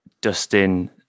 Dustin